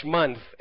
month